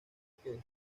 que